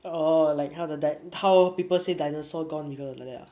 orh like how the that how people say dinosaur gone because of like that ah